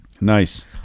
Nice